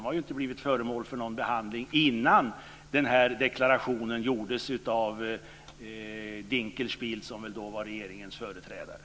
De har inte blivit föremål för någon behandling innan den här deklarationen gjordes av Dinkelspiel, som väl då var regeringens företrädare.